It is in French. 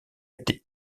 été